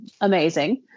amazing